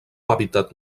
hàbitat